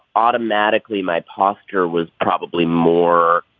automatically my posture was probably more